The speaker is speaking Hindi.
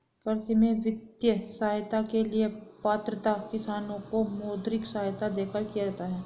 कृषि में वित्तीय सहायता के लिए पात्रता किसानों को मौद्रिक सहायता देकर किया जाता है